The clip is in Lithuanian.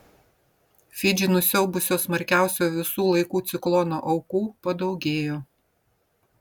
fidžį nusiaubusio smarkiausio visų laikų ciklono aukų padaugėjo